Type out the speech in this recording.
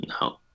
no